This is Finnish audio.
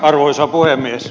arvoisa puhemies